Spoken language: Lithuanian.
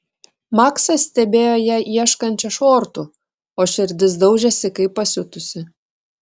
maksas stebėjo ją ieškančią šortų o širdis daužėsi kaip pasiutusi